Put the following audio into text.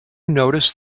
notice